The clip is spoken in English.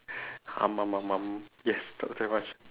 um um um um yes top ten must